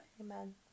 amen